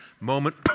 moment